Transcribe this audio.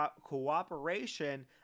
cooperation